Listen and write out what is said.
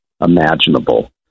imaginable